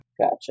Gotcha